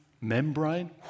membrane